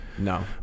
No